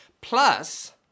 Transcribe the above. Plus